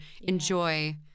enjoy